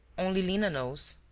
only lina knows,